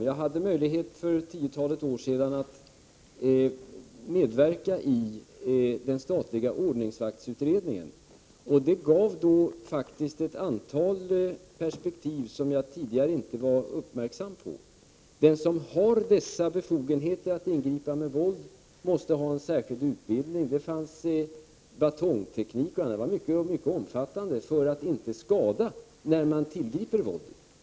Jag hade för ett tiotal år sedan möjlighet att medverka i den statliga ordningsvaktsutredningen. Det gav faktiskt ett antal perspektiv, som jag tidigare inte varit uppmärksam på. Den som har befogenheter att ingripa med våld måste ha särskild utbildning. Det fanns batongteknik, och den utbildningen var mycket omfattande för att man inte skulle vålla skada när våldet tillgrips.